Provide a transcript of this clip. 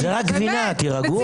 זאת רק גבינה, תירגעו.